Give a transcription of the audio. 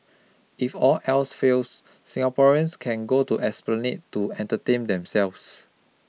if all else fails Singaporeans can go to Esplanade to entertain themselves